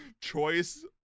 Choice